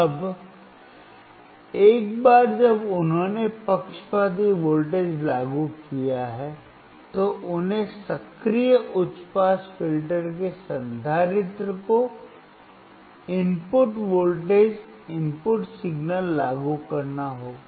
अब एक बार जब उन्होंने पक्षपाती वोल्टेज लागू किया है तो उन्हें सक्रिय उच्च पास फिल्टर के संधारित्र को इनपुट वोल्टेज इनपुट सिग्नल लागू करना होगा